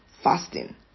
Fasting